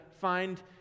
find